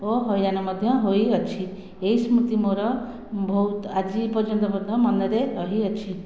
ଓ ହଇରାଣ ମଧ୍ୟ ହୋଇଅଛି ଏହି ସ୍ମୃତି ମୋର ବହୁତ ଆଜି ପର୍ଯ୍ୟନ୍ତ ମଧ୍ୟ ମନରେ ରହିଅଛି